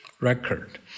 record